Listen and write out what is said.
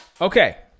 okay